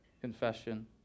confession